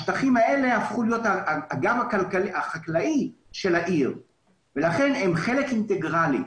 השטחים האלה הפכו להיות הגב החקלאי של העיר ולכן הם חלק אינטגרלי.